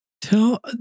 Tell